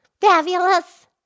Fabulous